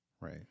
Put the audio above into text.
Right